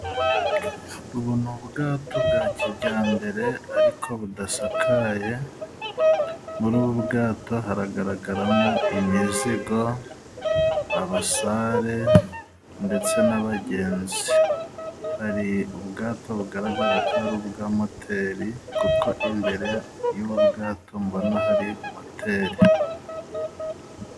Ubu ni ubwato bwa kijyambere ariko budasakaye, muri ubu bwato haragaragaramo imizigo, abasare ndetse n'abagenzi, hari ubwato bugaragara ko ari ubwa moteri kuko imbere y'ubu bwato mbona hari moteri.